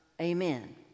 Amen